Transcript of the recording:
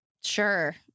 sure